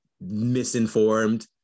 misinformed